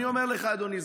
וכאן האבל הגדול,